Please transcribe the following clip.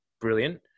brilliant